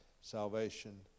salvation